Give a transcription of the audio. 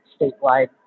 statewide